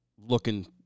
looking